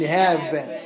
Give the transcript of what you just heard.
heaven